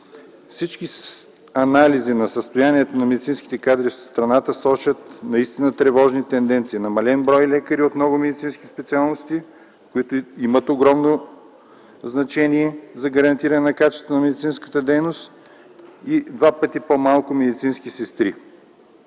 Всички анализи на състоянието на медицинските кадри в страната сочат наистина тревожни тенденции – намален брой лекари от много медицински специалности, които имат огромно значение за гарантиране на качеството на медицинската дейност, и два пъти по-малко медицински сестри.